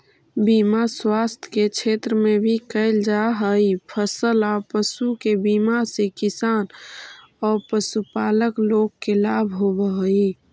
बीमा स्वास्थ्य के क्षेत्र में भी कैल जा हई, फसल औ पशु के बीमा से किसान औ पशुपालक लोग के लाभ होवऽ हई